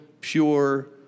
pure